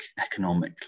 economically